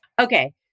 Okay